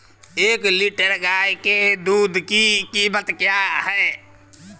एक लीटर गाय के दूध की कीमत क्या है?